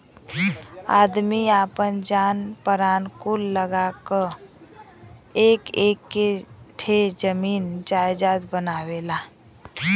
आदमी आपन जान परान कुल लगा क एक एक ठे जमीन जायजात बनावेला